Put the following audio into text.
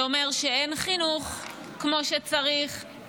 זה אומר שאין חינוך כמו שצריך,